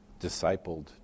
discipled